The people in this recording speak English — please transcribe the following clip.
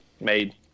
made